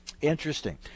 Interesting